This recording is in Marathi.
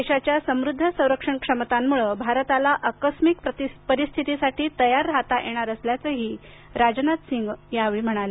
देशाच्या समृद्ध संरक्षण क्षमतांमुळे भारताला आकस्मिक परिस्थितीसाठी तयार राहता येणार असल्याचं त्यांनी यावेळी सांगितलं